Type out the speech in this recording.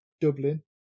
Dublin